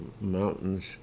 mountains